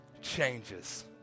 changes